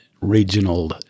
regional